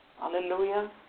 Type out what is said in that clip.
hallelujah